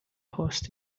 horst